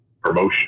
promotion